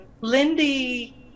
lindy